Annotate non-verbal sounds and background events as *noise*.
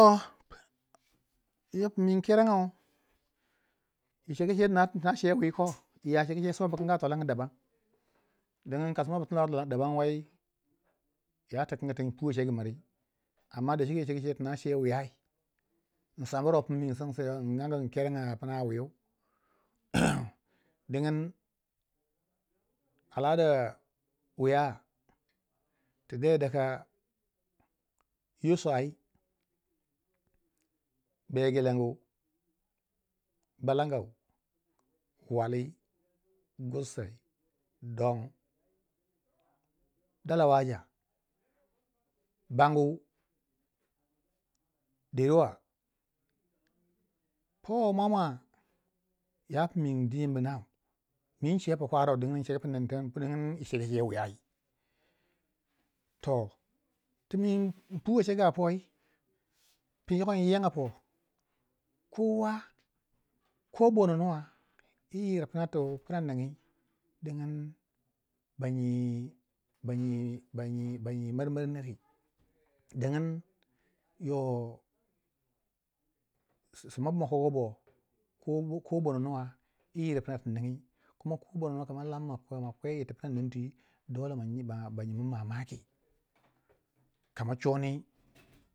yoko pu mwi inkerangau yi cegu ce dina tina ce wii koh iya cegu ce sma bu kanga a twalange dabam dingin ka sma bukanga twalang dabam wai ya tikingi tun puwei cegu miri amma dacike yi cegu cei kuma tina ce wiyai insamro pu mi insingseu in kerenga a pna wiiu *noise* dingin alada wiya ti de daga yo swai be gelengu balangau, wali, gurasai, dong, dala waja, bangu, derwa powo mwamwa ya pu mii in dinubu na ne mi ince pu kwarau dingin ince gu ce wiyai toh ti mi inpuwei cegu a poi pu yoko inyi yanga po kowa, kobono nuwa yi yir pna tu pna ningii dingin ba nyi marmari nere, dingin yoh sma bu makogu bo kobono nuwa yi yir pna tu pna ningiy kuma kobonu nuwa kama lami makwe wei yir tu pna ning twi dole ba nyimun mamaki kama cuni